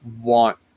want